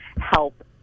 help